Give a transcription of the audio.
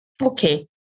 okay